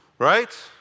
Right